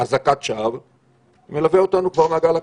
אזעקת שווה זה עניין שמלווה אותנו עוד מהגל הקודם.